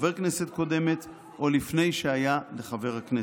חבר כנסת קודמת או לפני שהיה לחבר הכנסת"